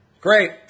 Great